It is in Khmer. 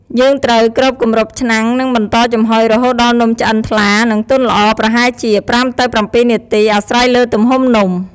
យើងត្រូវគ្របគម្របឆ្នាំង និងបន្តចំហុយរហូតដល់នំឆ្អិនថ្លា និងទន់ល្អ ប្រហែលជា ៥ទៅ៧ នាទី អាស្រ័យលើទំហំនំ។